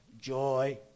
joy